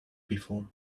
before